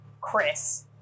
Chris